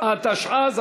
הודעה למזכירת הכנסת.